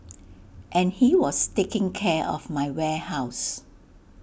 and he was taking care of my warehouse